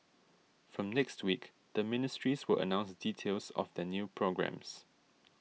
from next week the ministries will announce details of their new programmes